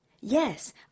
Yes